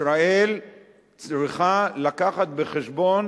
ישראל צריכה להביא בחשבון